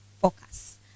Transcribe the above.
Focus